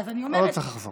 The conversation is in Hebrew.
לא צריך לחזור.